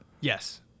Yes